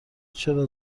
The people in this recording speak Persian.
چرا